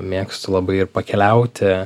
mėgstu labai ir pakeliauti